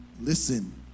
Listen